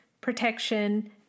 protection